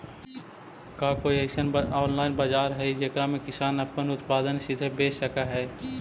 का कोई अइसन ऑनलाइन बाजार हई जेकरा में किसान अपन उत्पादन सीधे बेच सक हई?